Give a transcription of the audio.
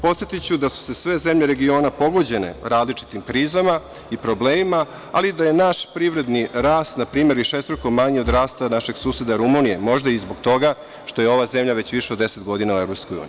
Podsetiću da su sve zemlje regiona pogođene različitim krizima i problemima, ali da je naš privredni rast npr. višestruko manji od rasta našeg suseda Rumunije, možda i zbog toga što je ova zemlja već više od 10 godina u EU.